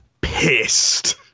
pissed